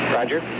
Roger